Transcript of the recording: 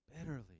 bitterly